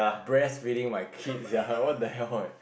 breastfeeding my kids sia what the hell eh